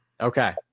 Okay